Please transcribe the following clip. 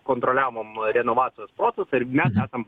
kontroliavom renovacijos procesą ir mes esam